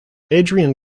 adrian